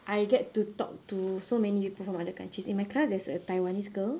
I get to talk to so many people from other countries in my class there's a taiwanese girl